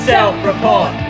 Self-report